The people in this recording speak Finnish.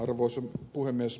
arvoisa puhemies